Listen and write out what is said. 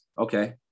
okay